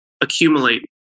accumulate